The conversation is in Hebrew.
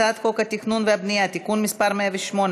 הצעת חוק התכנון והבנייה (תיקון מס' 108,